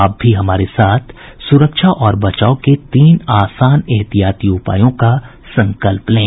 आप भी हमारे साथ सुरक्षा और बचाव के तीन आसान एहतियाती उपायों का संकल्प लें